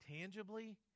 tangibly